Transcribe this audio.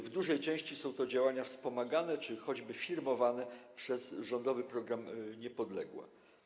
W dużej części są to działania wspomagane czy choćby firmowane przez rządowy program „Niepodległa”